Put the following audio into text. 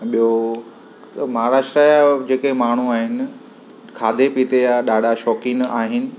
ॿियो महाराष्ट्र जा जेके माण्हू आहिनि खाधे पीते जा ॾाढा शौक़ीन आहिनि